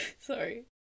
Sorry